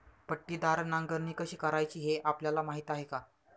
पट्टीदार नांगरणी कशी करायची हे आपल्याला माहीत आहे का?